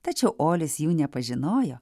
tačiau olis jų nepažinojo